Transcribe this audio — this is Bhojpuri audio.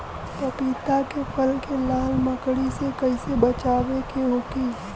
पपीता के फल के लाल मकड़ी से कइसे बचाव होखि?